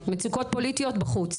מצוקות פוליטיות בחוץ.